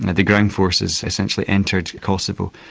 and the ground forces essentially entered kosovo,